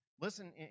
Listen